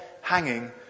hanging